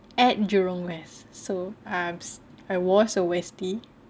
at jurong west so um I was a westie